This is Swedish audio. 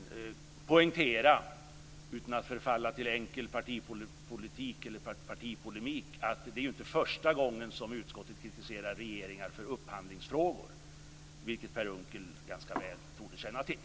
Jag vill poängtera, utan att falla till enkel partipolemik, att det inte är första gången som utskottet kritiserar regeringar för upphandlingsfrågor, vilket Per Unckel väl torde känna till.